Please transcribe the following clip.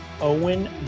Owen